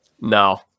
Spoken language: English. No